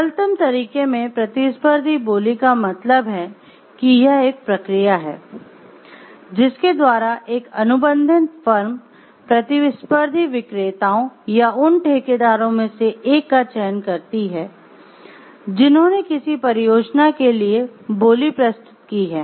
सरलतम तरीके में प्रतिस्पर्धी बोली का मतलब है कि यह एक प्रक्रिया है जिसके द्वारा एक अनुबंधित फर्म प्रतिस्पर्धी विक्रेताओं या उन ठेकेदारों में से एक का चयन करती है जिन्होंने किसी परियोजना के लिए बोली प्रस्तुत की है